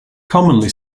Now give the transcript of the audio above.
commonly